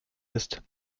ist